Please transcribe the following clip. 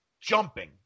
jumping